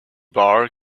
bar